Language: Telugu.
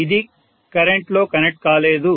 ఇది కరెంట్లో కనెక్ట్ కాలేదు